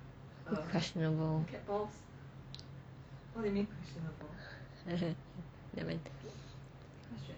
questionable neh-mind